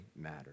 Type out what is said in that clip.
matter